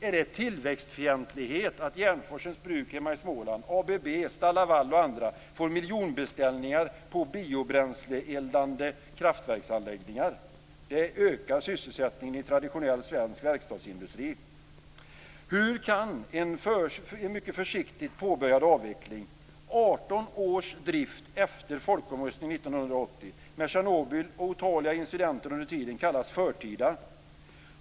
Är det tillväxtfientlighet att Järnforsens Bruk i Småland, ABB, Stal Laval och andra får miljonbeställningar på biobränsleeldande kraftverksanläggningar? Det ökar sysselsättningen i traditionell svensk verkstadsindustri. Hur kan en försiktigt påbörjad avveckling med 18 års drift efter folkomröstningen 1980, med Tjernobyl och otaliga incidenter under tiden, kallas förtida?